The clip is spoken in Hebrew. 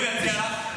אם הוא יציע לך?